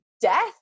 death